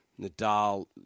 Nadal